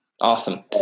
Awesome